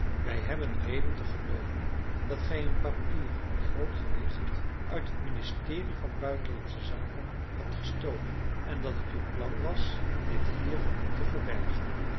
wij hebben reden te gelooven dat gij een papier van groot gewicht uit het ministerie van buitenlandsche zaken hebt gestolen en dat het uw plan was dit hier te verbergen